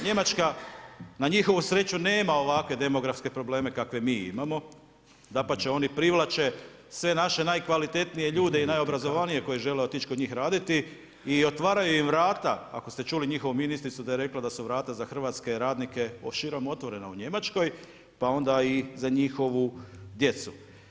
Njemačka na njihovu sreću nema ovakve demografske probleme kakve mi imamo, dapače oni privlače sve naše najkvalitetnije ljude i najobrazovanije koji žele otići raditi i otvaraju im vrata, ako ste čuli njihovu ministricu da je rekla da su vrata za hrvatske radnike širom otvorena u Njemačkoj, pa onda i za njihovu djecu.